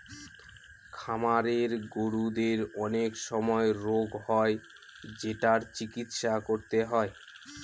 খামারের গরুদের অনেক সময় রোগ হয় যেটার চিকিৎসা করতে হয়